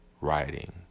writing